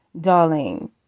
darling